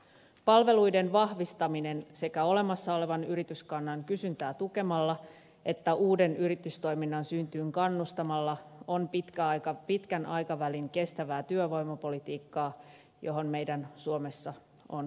palveluiden vahvistaminen sekä olemassa olevan yrityskannan kysyntää tukemalla että uuden yritystoiminnan syntyyn kannustamalla on pitkän aikavälin kestävää työvoimapolitiikkaa johon meidän suomessa on panostettava